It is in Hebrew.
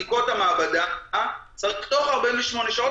בדיקות המעבדה צריך לקבל תשובה תוך 48 שעות.